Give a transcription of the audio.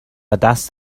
دست